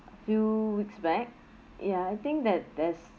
few weeks back ya I think that there's